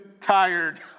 tired